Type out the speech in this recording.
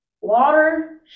water